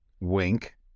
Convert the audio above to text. wink